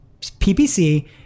PPC